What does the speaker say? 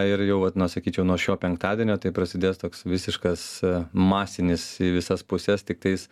ir jau vat nuo sakyčiau nuo šio penktadienio tai prasidės toks visiškas masinis į visas puses tiktais